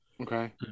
Okay